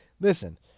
listen